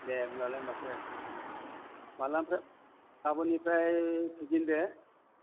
दे होमब्लालाय माथो मालानिफ्राय गाबोननिफ्राय फैजेनदो